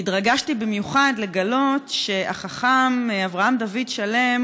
והתרגשתי במיוחד לגלות שהחכם אברהם דוד שלם